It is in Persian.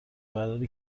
برداری